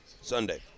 Sunday